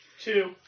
Two